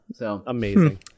Amazing